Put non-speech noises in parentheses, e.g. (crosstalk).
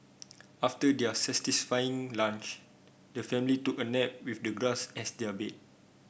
after their (unintelligible) lunch the family took a nap with the grass as their bed